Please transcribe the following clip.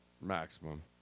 Maximum